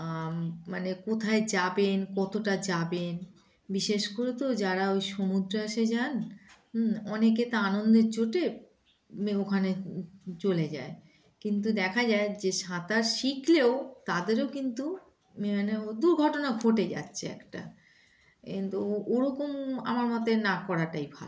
মানে কোথায় যাবেন কতটা যাবেন বিশেষ করে তো যারা ওই সমুদ্রে এসে যান অনেকে তা আনন্দের চোটে ওখানে চলে যায় কিন্তু দেখা যায় যে সাঁতার শিখলেও তাদেরও কিন্তু মানে দুর্ঘটনা ঘটে যাচ্ছে একটা কিন্তু ওরকম আমার মতে না করাটাই ভালো